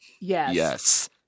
yes